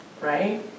Right